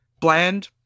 bland